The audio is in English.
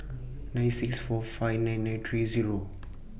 nine six five four nine nine three Zero